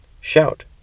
Shout